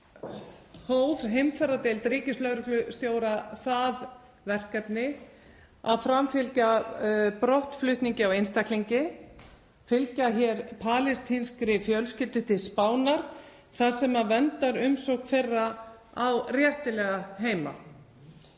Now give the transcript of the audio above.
hóf heimferðardeild ríkislögreglustjóra það verkefni að framfylgja brottflutningi á einstaklingi, fylgja hér palestínskri fjölskyldu til Spánar þar sem verndarumsókn þeirra á réttilega heima.